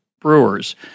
brewers